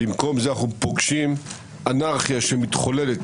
במקום זה אנחנו פוגשים אנרכיה שמתחוללת,